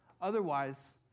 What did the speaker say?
Otherwise